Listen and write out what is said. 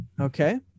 Okay